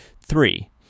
Three